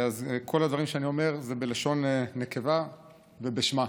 כל הדברים שאני אומר הם בלשון נקבה ובשמה: